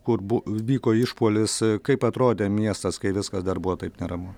kur vyko išpuolis kaip atrodė miestas kai viskas dar buvo taip neramu